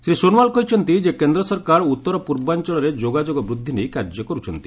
ଶ୍ରୀ ସୋନୱାଲ୍ କହିଛନ୍ତି ଯେ କେନ୍ଦ୍ର ସରକାର ଉତ୍ତର ପୂର୍ବାଞ୍ଚଳରେ ଯୋଗାଯୋଗ ବୃଦ୍ଧି ନେଇ କାର୍ଯ୍ୟ କରୁଛନ୍ତି